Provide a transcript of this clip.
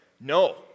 No